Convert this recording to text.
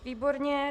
Výborně.